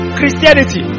Christianity